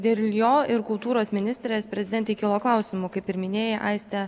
dėl jo ir kultūros ministrės prezidentei kilo klausimų kaip ir minėjai aiste